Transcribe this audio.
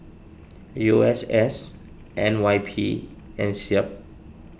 U S S N Y P and Seab